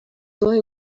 boy